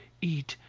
eat,